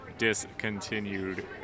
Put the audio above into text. discontinued